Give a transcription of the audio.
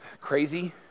crazy